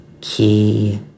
key